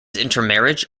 intermarriage